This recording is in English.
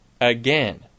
again